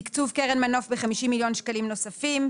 תקצוב קרן מנוף ב-50 מיליון שקלים נוספים.